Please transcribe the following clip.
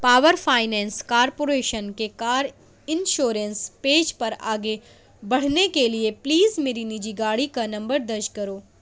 power finance corporation کے car insurance page پر آگے بڑھنے کے لیے پلیز میری نجی گاڑی کا نمبر درج کرو